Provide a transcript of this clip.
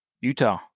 Utah